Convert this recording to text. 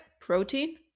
Protein